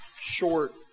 short